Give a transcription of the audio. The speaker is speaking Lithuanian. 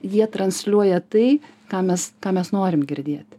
jie transliuoja tai ką mes ką mes norim girdėti